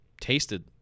tasted